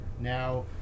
Now